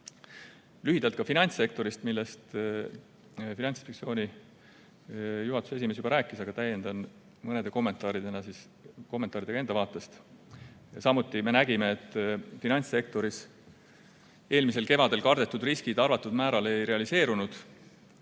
Lühidalt ka finantssektorist, millest Finantsinspektsiooni juhatuse esimees juba rääkis, aga täiendan mõnede kommentaaridega enda vaatest. Samuti me nägime, et finantssektoris eelmisel kevadel kardetud riskid arvatud määral ei realiseerunud.